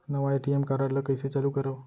नवा ATM card ल कइसे चालू करव?